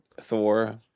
Thor